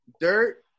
Dirt